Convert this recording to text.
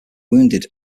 wounded